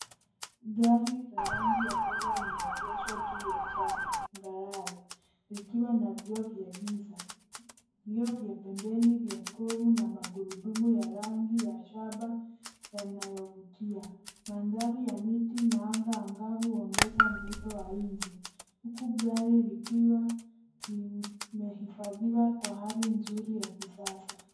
Gari la rangi ya fedha limeegeshwa juu ya changarawe likiwa na vioo vya giza, vioo vya pembeni vya kromu na magurudumu ya rangi ya shaba yanayovutia. Mandhari ya miti na anga angavu huongeza mvuto wa nje huku gari limehifadhiwa kwa hali nzuri ya kisasa.